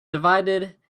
divided